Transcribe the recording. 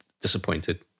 disappointed